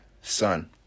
son